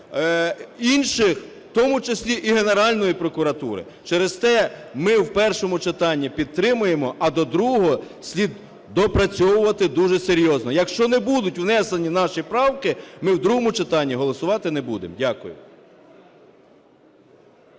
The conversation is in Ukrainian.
інших, в тому числі і Генеральної прокуратури. Через те ми в першому читанні підтримуємо, а до другого слід допрацьовувати дуже серйозно. Якщо не будуть внесені наші правки, ми в другому читанні голосувати не будемо. Дякую.